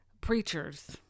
preachers